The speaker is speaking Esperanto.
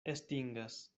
estingas